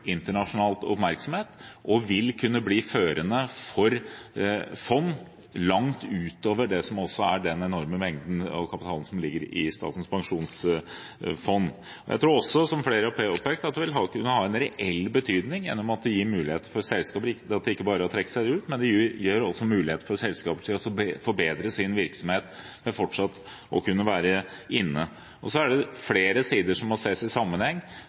internasjonal oppmerksomhet og vil kunne bli førende for fond langt utover den enorme mengden av kapital som ligger i Statens pensjonsfond. Jeg tror også, som flere har påpekt, at det vil kunne ha en reell betydning gjennom at det gir mulighet for selskaper ikke bare til å trekke seg ut, men også til å forbedre sin virksomhet for fortsatt å kunne være inne. Det er flere sider som må ses i sammenheng